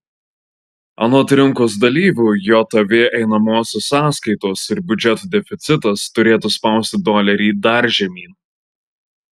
anot rinkos dalyvių jav einamosios sąskaitos ir biudžeto deficitas turėtų spausti dolerį dar žemyn